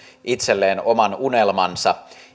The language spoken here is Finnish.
itselleen oman unelmansa